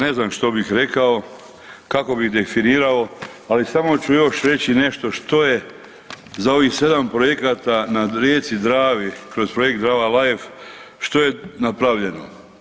Ja ne znam što bih rekao, kako bi definirao ali samo ću još reći nešto što je za ovih 7 projekata na rijeci Dravi kroz projekt Drava life, što je napravljeno.